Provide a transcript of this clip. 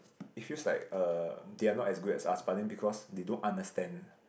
it feels like uh they are not as good as us but then because they don't understand